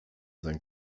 sein